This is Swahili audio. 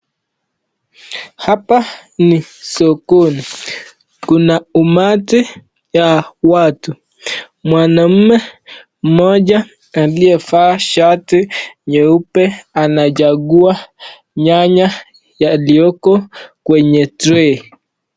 Hapa ni sokoni, kuna umati ya watu. Mwanaume mmoja aliyevaa shati nyeupe anachagua nyanya yalioko kwenye tray.